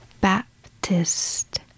Baptist